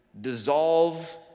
dissolve